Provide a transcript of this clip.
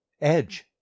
Edge